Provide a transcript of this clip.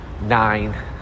nine